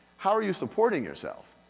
how are you supporting yourself?